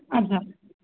अच्छा